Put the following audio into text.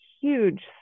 huge